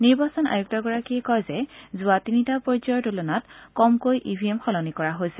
নিৰ্বাচন আয়ুক্তগৰাকীযে কয় যে যোৱা তিনিটা পৰ্যায়ৰ তুলনাত কম কৈ ই ভি এম সলনি কৰা হৈছে